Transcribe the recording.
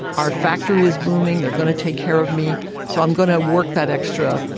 our factory is booming, they're going to take care of me so i'm going to work that extra,